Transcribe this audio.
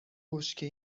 بشکه